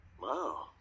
Wow